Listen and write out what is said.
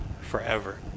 forever